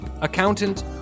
accountant